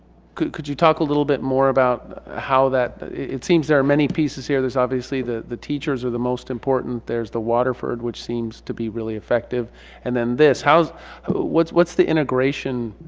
could could you talk a little bit more about how that it seems there are many pieces here. there's obviously the the teachers are the most important. there's the waterford which seems to be really effective and then this hows what's what's the integration?